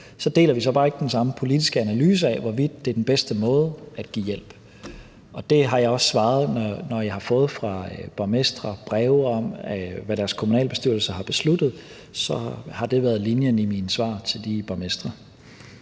Så deler vi bare ikke den samme politiske analyse af, hvorvidt det er den bedste måde at give hjælp på. Det har jeg også svaret, når jeg har fået breve fra borgmestre om, hvad deres kommunalbestyrelser har besluttet; så det har været linjen i mine svar til de borgmestre.